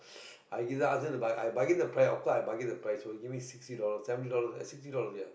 i didn't ask her to buy I bargain the price of course I bargain the price first give me sixty dollars seventy dollars ah sixty dollars ya